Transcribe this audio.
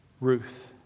Ruth